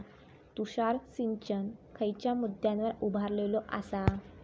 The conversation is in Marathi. तुषार सिंचन खयच्या मुद्द्यांवर उभारलेलो आसा?